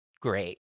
great